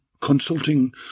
consulting